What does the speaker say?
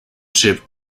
chip